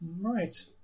Right